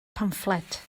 pamffled